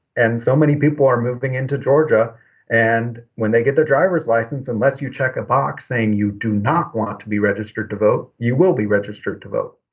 and so many people are moving into georgia and when they get their driver's license, unless you check a box saying you do not want to be registered to vote, you will be registered to vote